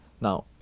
Now